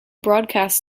broadcasts